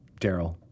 Daryl